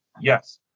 Yes